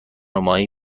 ماهی